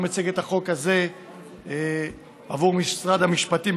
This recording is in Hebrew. אני מציג את החוק הזה בעבור משרד המשפטים,